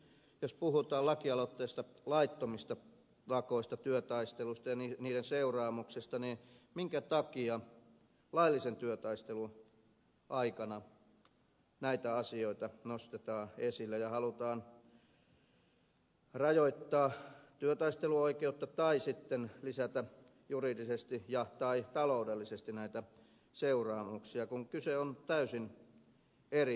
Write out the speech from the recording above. jos puhutaan lakialoitteesta laittomista lakoista työtaistelusta ja niiden seuraamuksista niin minkä takia laillisen työtaistelun aikana näitä asioita nostetaan esille ja halutaan rajoittaa työtaisteluoikeutta tai sitten lisätä juridisesti tai taloudellisesti näitä seuraamuksia kun kyse on täysin eri asiasta